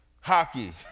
Hockey